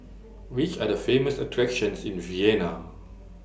Which Are The Famous attractions in Vienna